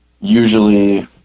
usually